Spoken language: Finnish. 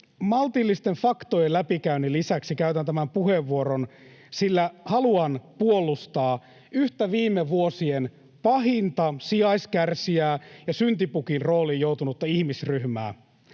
Maltillisten faktojen läpikäynnin lisäksi käytän tämän puheenvuoron, sillä haluan puolustaa yhtä viime vuosien pahinta sijaiskärsijää ja syntipukin rooliin joutunutta ihmisryhmää.